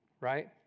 right